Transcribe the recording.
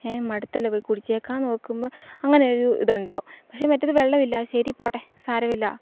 മടുത്തില്ലേ പോയിക്കുടിച്ചേക്കാമെന്നു നോക്കുമ്പോള് അങ്ങനെൊരു ഇതുണ്ടാവും പക്ഷെ മറ്റേതു വെള്ളമില്ല ശരി പോട്ടെ സാരമില്ല